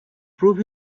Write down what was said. prove